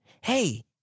hey